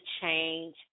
change